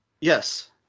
Yes